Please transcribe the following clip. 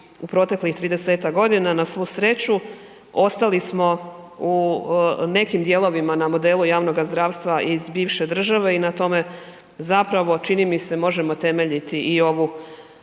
u proteklih 30-tak godina. Na svu sreću ostali smo u nekim dijelovima na modelu javnoga zdravstva iz bivše države i na tome zapravo čini mi se možemo temeljiti i ovu